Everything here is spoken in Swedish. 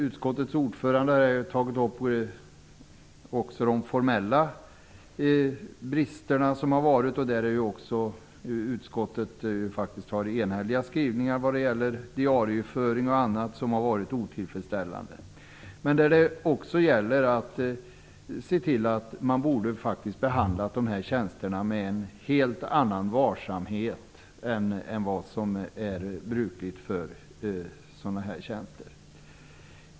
Utskottets ordförande har tagit upp de formella brister som förekommit. Utskottet har faktiskt enhälliga skrivningar när det gäller otillfredsställande diarieföring m.m. Man borde ha sett till att dessa tjänster hade behandlats med en annan varsamhet än vad som är brukligt vid tillsättandet av tjänster.